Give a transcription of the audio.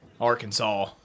Arkansas